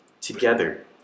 together